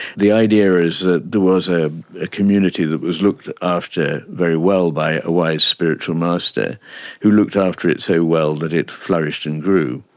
the idea is that there was a ah community that was looked after very well by a wise spiritual master who looked after it so well that it flourished and grew.